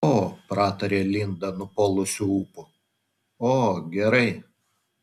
o pratarė linda nupuolusiu ūpu o gerai